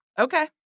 Okay